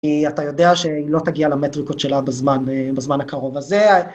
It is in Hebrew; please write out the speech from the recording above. כי אתה יודע שהיא לא תגיע למטריקות שלה בזמן הקרוב הזה.